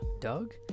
Doug